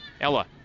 Ella